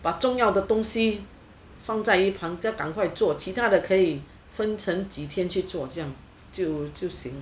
把重要的东西放在一盘再刚快做其它的可以分成几天去做这样就行